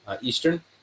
Eastern